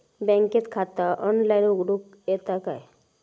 बँकेत खाता ऑनलाइन उघडूक येता काय?